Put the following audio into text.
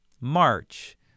March